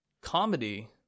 comedy